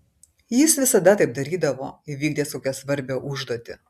jis visada taip darydavo įvykdęs kokią svarbią užduotį